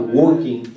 working